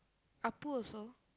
Appu also